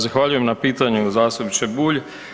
Zahvaljujem na pitanju zastupniče Bulj.